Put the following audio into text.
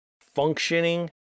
functioning